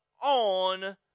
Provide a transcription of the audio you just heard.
on